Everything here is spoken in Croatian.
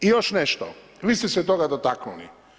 I još nešto, vi ste se toga dotaknuli.